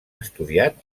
estudiat